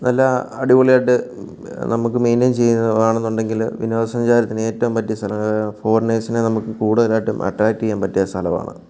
നല്ല അടിപൊളി ആയിട്ട് നമുക്ക് മെയിന്റയിൻ ചെയ്യുന്നതാണെന്നുണ്ടെങ്കിൽ വിനോദ സഞ്ചാരത്തിന് ഏറ്റവും പറ്റിയ സ്ഥലമാണ് ഫോറിനേഴ്സിനെ നമുക്ക് കൂടുതലായിട്ടും അട്രാക്റ്റ് ചെയ്യാൻ പറ്റിയ സ്ഥലമാണ്